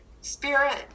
Spirit